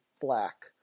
black